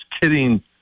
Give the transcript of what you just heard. kidding